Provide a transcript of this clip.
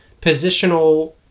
positional